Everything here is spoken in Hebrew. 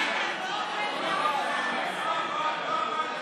זה לא עובד,